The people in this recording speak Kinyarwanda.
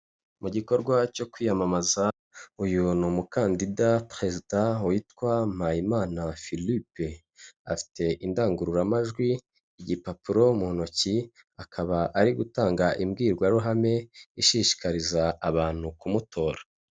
Mu gikorwa cyo kwiyamamaza, uyu ni umukandida perezida witwa Mpayimana Philippe. Afite indangururamajwi, igipapuro mu ntoki, akaba ari gutanga imbwirwaruhame ishishikariza abantu kumutora.